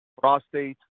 prostate